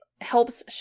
helps